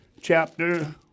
chapter